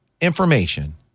information